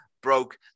broke